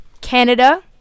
Canada